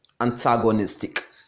antagonistic